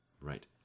Right